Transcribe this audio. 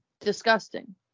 Disgusting